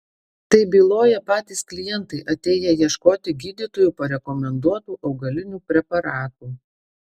tai byloja patys klientai atėję ieškoti gydytojų parekomenduotų augalinių preparatų